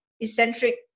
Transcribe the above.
eccentric